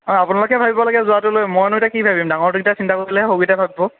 হয় আপোনালোকে ভাবিব লাগে যোৱাতোকলৈ মইনো এতিয়া কি ভাবিম ডাঙৰ কেইটাই চিন্তা কৰিলেহে সৰু কেইটাই ভাবিব